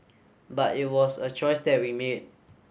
but it was a choice that we made